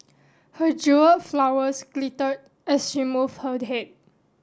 her jewelled flowers glitter as she moved her head